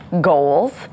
goals